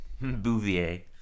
Bouvier